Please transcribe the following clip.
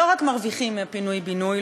לא רק מרוויחים מהפינוי-בינוי,